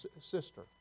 sister